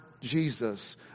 Jesus